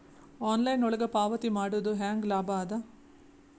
Online ಒಳಗ ಪಾವತಿ ಮಾಡುದು ಹ್ಯಾಂಗ ಲಾಭ ಆದ?